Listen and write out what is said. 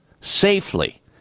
safely